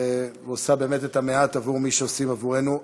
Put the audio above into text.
ועושה את המעט למען מי שעושים עבורנו הרבה.